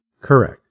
Correct